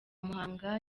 muhanga